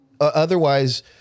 Otherwise